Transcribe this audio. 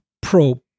Pro